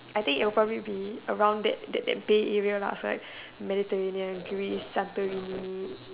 I think it will probably be around that that that Bay area Mediterranean Greece Santorini